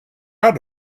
out